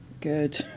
Good